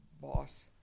boss